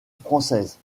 française